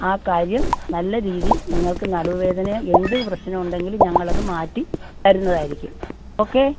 ആ കാര്യം നല്ല രീതിയിൽ നിങ്ങൾക്ക് നടുവേദനയോ എന്ത് പ്രശ്നം ഉണ്ടെങ്കിലും ഞങ്ങളത് മാറ്റി തരുന്നതായിരിക്കും ഓക്കെ